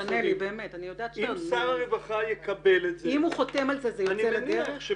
אם הוא חותם על זה, זה יוצא לדרך?